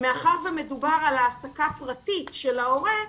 מאחר שמדובר על העסקה פרטית של ההורה,